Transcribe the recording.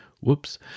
Whoops